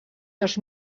dos